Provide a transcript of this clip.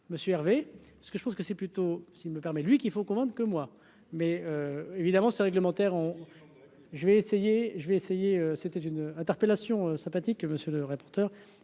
Monsieur Hervé ce que je pense que c'est plutôt s'il me permet de lui qu'il faut comprendre que moi, mais évidemment c'est réglementaire ont, je vais essayer, je vais essayer, c'était une interpellation sympathique que monsieur le rapporteur,